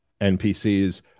NPCs